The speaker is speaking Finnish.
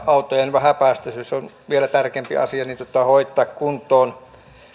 autojen vähäpäästöisyys on vielä tärkeämpi asia hoitaa kuntoon